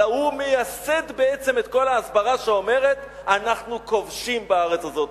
אלא הוא מייסד בעצם את כל ההסברה שאומרת: אנחנו כובשים בארץ הזאת,